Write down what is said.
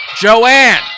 Joanne